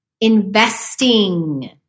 investing